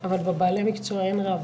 אבל, בבעלי מקצוע אין רב.